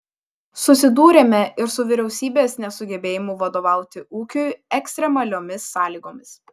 susidūrėme ir su vyriausybės nesugebėjimu vadovauti ūkiui ekstremaliomis sąlygomis